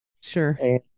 Sure